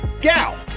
gal